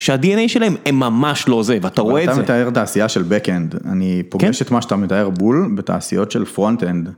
שהדנא שלהם הם ממש לא זה, ואתה רואה את זה... אתה מתאר תעשייה של בק אנד, אני פוגש את מה שאתה מתאר בול בתעשיות של פרונט אנד.